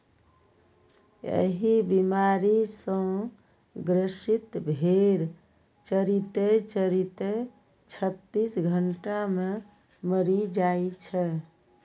एहि बीमारी सं ग्रसित भेड़ चरिते चरिते छत्तीस घंटा मे मरि जाइ छै